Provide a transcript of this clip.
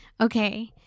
Okay